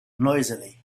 noisily